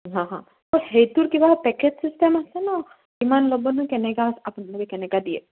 হা হা ত' সেইটোৰ কিবা পেকেজ চিষ্টেম আছে নহ্ কিমান ল'বনো কেনেকুৱা আপোনালোকে কেনেকুৱা দিয়ে